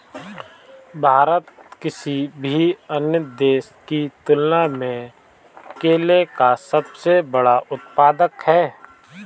भारत किसी भी अन्य देश की तुलना में केले का सबसे बड़ा उत्पादक है